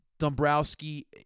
Dombrowski